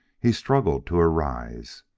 he struggled to arise.